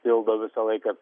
pildo visą laiką